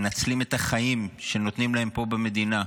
מנצלים את החיים שנותנים להם פה במדינה,